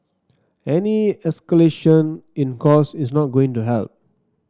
any escalation in cost is not going to help